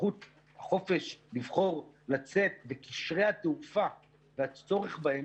הזכות והחופש לבחור לצאת וקשרי התעופה והצורך בהם,